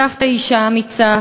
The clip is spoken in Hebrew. סבתא היא אישה אמיצה,